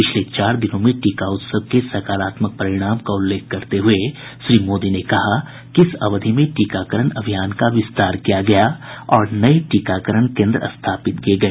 पिछले चार दिनों में टीका उत्सव के सकारात्मक परिणाम का उल्लेख करते हुए श्री मोदी ने कहा कि इस अवधि में टीकाकरण अभियान का विस्तार किया गया और नए टीकाकरण केंद्र स्थापित किए गए